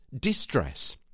distress